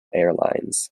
airlines